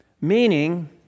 meaning